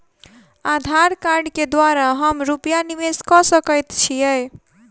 आधार कार्ड केँ द्वारा हम रूपया निवेश कऽ सकैत छीयै?